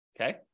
Okay